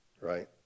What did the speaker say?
right